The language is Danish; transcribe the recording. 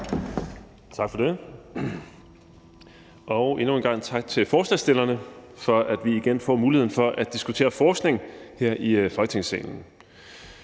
Tak for det, og endnu en gang tak til forslagsstillerne for, at vi igen får muligheden for at diskutere forskning her i Folketingssalen.